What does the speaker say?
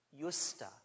justa